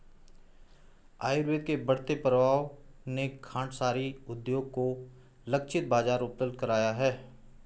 आयुर्वेद के बढ़ते प्रभाव ने खांडसारी उद्योग को लक्षित बाजार उपलब्ध कराया है